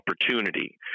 opportunity